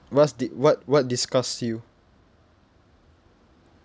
what's d~ what what disgusts you